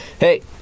Hey